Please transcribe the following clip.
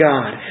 God